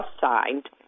signed